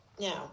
Now